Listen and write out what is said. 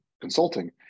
Consulting